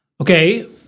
Okay